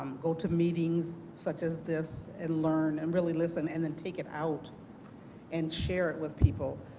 go to meetings such as this and learn and really listen and then take it out and share it with people,